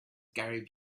gary